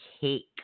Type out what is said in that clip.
Cake